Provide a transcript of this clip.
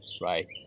right